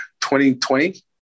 2020